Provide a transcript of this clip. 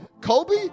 Kobe